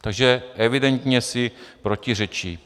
Takže evidentně si protiřečí.